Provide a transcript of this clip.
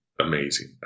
amazing